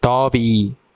தாவி